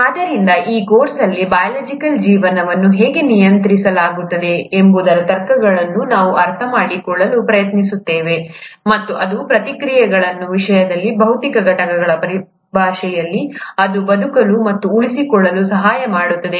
ಆದ್ದರಿಂದ ಈ ಕೋರ್ಸ್ ಅಲ್ಲಿ ಬಯೋಲಾಜಿಕಲ್ ಜೀವನವನ್ನು ಹೇಗೆ ನಿಯಂತ್ರಿಸಲಾಗುತ್ತದೆ ಎಂಬುದರ ತರ್ಕಗಳನ್ನು ನಾವು ಅರ್ಥಮಾಡಿಕೊಳ್ಳಲು ಪ್ರಯತ್ನಿಸುತ್ತೇವೆ ಮತ್ತು ಅದು ಪ್ರತಿಕ್ರಿಯೆಗಳ ವಿಷಯದಲ್ಲಿ ಭೌತಿಕ ಘಟಕಗಳ ಪರಿಭಾಷೆಯಲ್ಲಿ ಅದು ಬದುಕಲು ಮತ್ತು ಉಳಿಸಿಕೊಳ್ಳಲು ಸಹಾಯ ಮಾಡುತ್ತದೆ